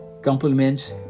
Compliments